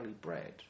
bread